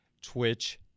Twitch